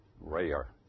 rare